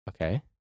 Okay